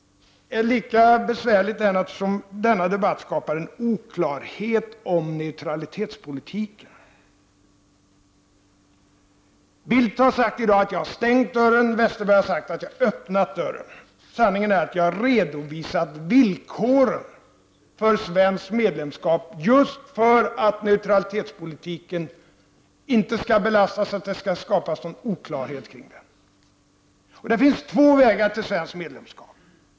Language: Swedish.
Lika besvärligt är det naturligtvis om denna debatt skapar en oklarhet om neutralitetspolitiken. Bildt har i dag sagt att jag har stängt dörren, Westerberg har sagt att jag öppnat dörren. Sanningen är den att jag har redovisat villkoren för svenskt medlemskap, just för att neutralitetspolitiken inte skall belastas och för att det inte skall skapas någon oklarhet kring den. Det finns två vägar till svenskt medlemskap.